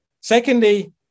Secondly